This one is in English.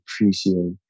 appreciate